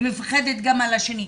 היא מפחדת גם על השני,